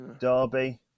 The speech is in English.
Derby